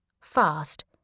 fast